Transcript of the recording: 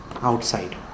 outside